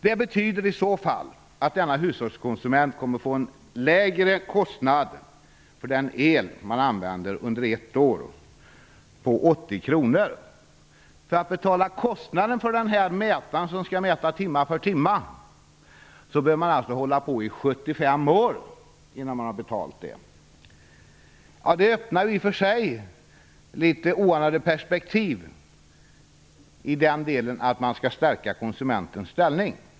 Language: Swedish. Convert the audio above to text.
Det betyder att denne hushållskonsument kommer att få en 80 För att betala kostnaden för mätaren behöver man alltså hålla på i 75 år innan den är betald. Det öppnar i och för sig oanade perspektiv på det att man skall stärka konsumentens ställning.